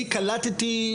אני קלטתי,